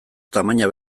tamaina